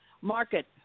market